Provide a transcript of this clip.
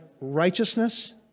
righteousness